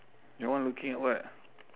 your one looking at what